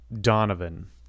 Donovan